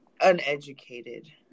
uneducated